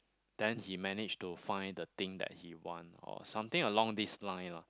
then he manage to find the thing that he want or something along this line lah